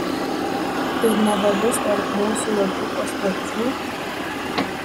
ir nebebus tarp mūsų jokių paslapčių